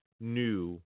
new